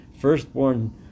firstborn